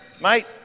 Mate